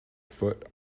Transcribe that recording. foot